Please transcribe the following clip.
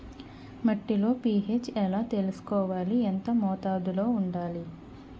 మట్టిలో పీ.హెచ్ ఎలా తెలుసుకోవాలి? ఎంత మోతాదులో వుండాలి?